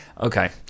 okay